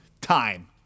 Time